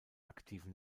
aktiven